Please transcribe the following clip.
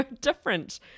different